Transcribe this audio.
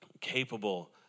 capable